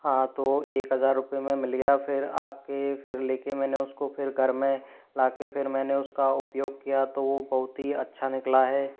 हाँ तो एक हजार रुपए में मिल गया फिर आपके फिर लेके मैंने उसको फिर घर में लाके फिर मैंने उसका उपयोग किया तो वो बहुत ही अच्छा निकला है